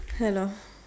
hello